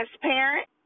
transparent